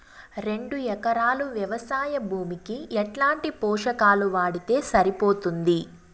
రెండు ఎకరాలు వ్వవసాయ భూమికి ఎట్లాంటి పోషకాలు వాడితే సరిపోతుంది?